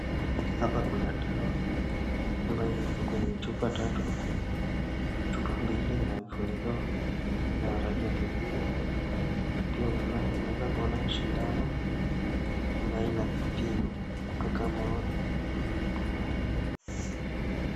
Hapa kuna dawa kama hii iko kwenye chupa tatu. Chupa mbili ina vifuniko ya rangi ya kijivu. Pia unaweza kuona shindano ambayo ina vipimo kutoka.